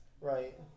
Right